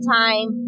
time